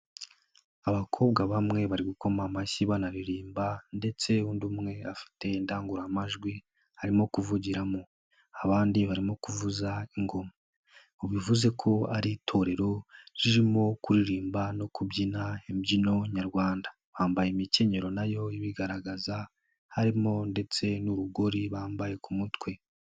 Abakobwa bamwe bari gukoma amashyi banaririmba ndetse undi umwe afite indangururamajwi arimo kuvugiramo, abandi barimo kuvuza ingoma bivuze ko ari itorero ririmo kuririmba no kubyina imbyino nyarwanda, bambaye imikenyero na yo ibigaragaza harimo ndetse n'urugori bambaye ku mutwe.